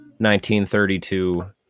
1932